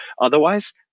Otherwise